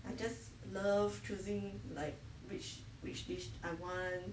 I just love choosing like which which dish I want